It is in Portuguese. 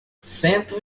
cento